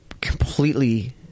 completely